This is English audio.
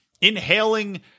inhaling